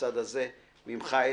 שיהיה עלי